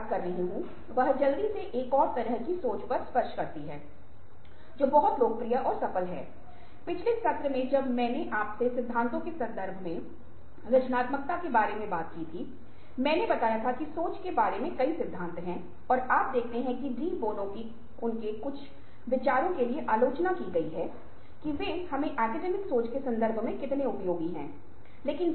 पारस्परिकता और रिश्ते के जाल से बचें जैसे कि बहुत जल्दी भरोसा करना चाहिए हमें बहुत जल्दी भरोसा नहीं करना चाहिए मतलब हमें भावुक नहीं होना चाहिए अगर कोई व्यक्ति सिर्फ रोता है और रोना शुरू कर देता है तो हम सोचते हैं कि हाँ वह हमेशा सही है और जो भी हो वह कह रहे हैं कि हमें ऐसा नहीं करना चाहिए